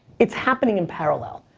it's happening in parallel.